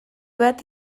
bat